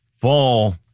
fall